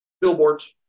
Billboards